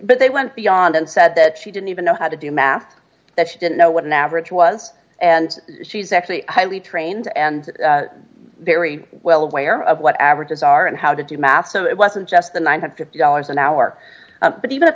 but they went beyond and said that she didn't even know how to do math that she didn't know what an average was and she's actually highly trained and very well aware of what averages are and how to do math so it wasn't just the one hundred and fifty dollars an hour but even if